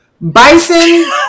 bison